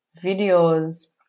videos